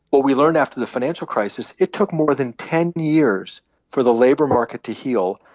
what we learned after the financial crisis it took more than ten years for the labor market to heal,